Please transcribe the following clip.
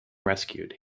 rescued